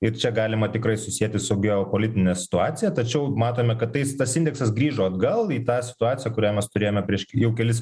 ir čia galima tikrai susieti su geopolitine situacija tačiau matome kad tais tas indeksas grįžo atgal į tą situaciją kurią mes turėjome prieš jau kelis